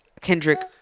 Kendrick